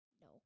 No